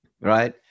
right